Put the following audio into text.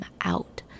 out